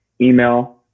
Email